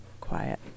quiet